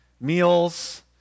meals